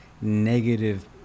negative